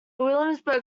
williamsburg